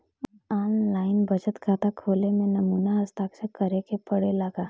आन line बचत खाता खोले में नमूना हस्ताक्षर करेके पड़ेला का?